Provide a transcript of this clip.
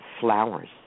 flowers